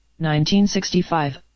1965